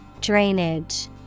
Drainage